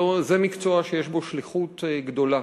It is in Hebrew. זה מקצוע שיש בו שליחות גדולה.